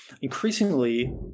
Increasingly